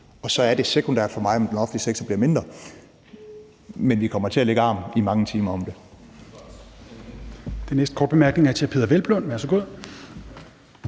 Og så er det sekundært for mig, om den offentlige sektor bliver mindre, men vi kommer til at lægge arm i mange timer om det.